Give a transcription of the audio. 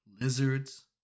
lizards